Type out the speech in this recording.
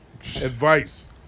Advice